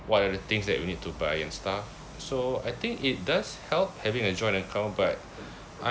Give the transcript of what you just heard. what are the things that you need to buy and stuff so I think it does help having a joint account but